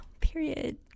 period